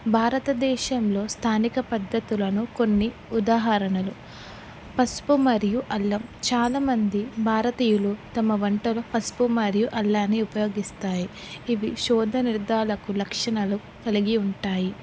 భారతదేశంలో స్థానిక పద్ధతులను కొన్ని ఉదాహరణలు పసుపు మరియు అల్లం చాలామంది భారతీయులు తమ వంటలు పసుపు మరియు అల్లాన్ని ఉపయోగిస్తాయి ఇవి రోగ నిర్దారణలకు లక్షణలు కలిగి ఉంటాయి